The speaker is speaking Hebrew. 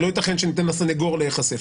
הרי לא ייתכן שניתן לסנגור להיחשף.